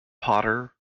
potter